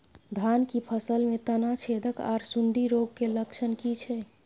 धान की फसल में तना छेदक आर सुंडी रोग के लक्षण की छै?